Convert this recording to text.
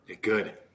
Good